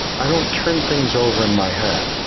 i don't turn things over in my head.